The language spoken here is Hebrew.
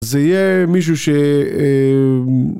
זה יהיה מישהו ש... אה... ם..